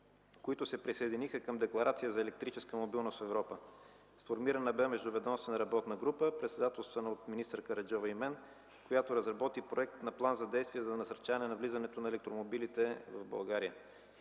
които се присъединиха към Декларацията за електрическа мобилност в Европа. Сформирана бе междуведомствена работна група, председателствана от министър Караджова и от мен, която разработи Проект на план за действие за насърчаване навлизането на електромобилите в България.